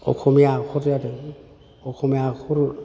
असमिया आखर जादों असमिया आखर